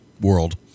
world